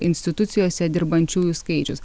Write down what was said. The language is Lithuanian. institucijose dirbančiųjų skaičius